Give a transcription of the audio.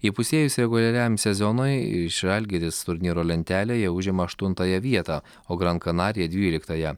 įpusėjus reguliariajam sezonui žalgiris turnyro lentelėje užima aštuntąją vietą o gran canaria dvyliktąją